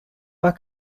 war